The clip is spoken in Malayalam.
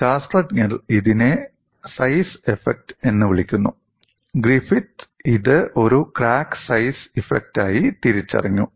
ശാസ്ത്രജ്ഞർ ഇതിനെ സൈസ് ഇഫക്റ്റ് എന്ന് വിളിക്കുന്നു ഗ്രിഫിത്ത് ഇത് ഒരു ക്രാക്ക് സൈസ് ഇഫക്റ്റായി തിരിച്ചറിഞ്ഞു